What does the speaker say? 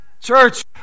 Church